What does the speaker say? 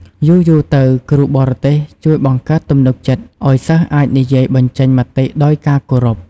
យូរៗទៅ គ្រូបរទេសជួយបង្កើតទំនុកចិត្តឲ្យសិស្សអាចនិយាយបញ្ចេញមតិដោយការគោរព។